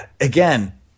again